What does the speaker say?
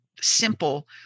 simple